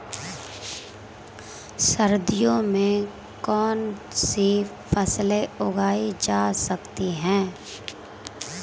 सर्दियों में कौनसी फसलें उगाई जा सकती हैं?